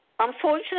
Unfortunately